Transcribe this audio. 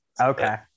okay